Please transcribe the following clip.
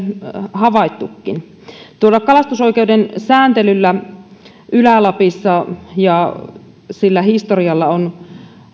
havaittukin kalastusoikeuden sääntelyllä ylä lapissa ja sen historialla on